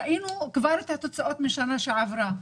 ראינו כבר את התוצאות משנה שעברה.